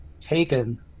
Taken